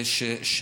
מה